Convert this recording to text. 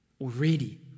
Already